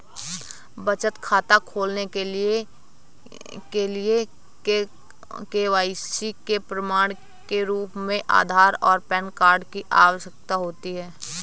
बचत खाता खोलने के लिए के.वाई.सी के प्रमाण के रूप में आधार और पैन कार्ड की आवश्यकता होती है